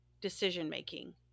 decision-making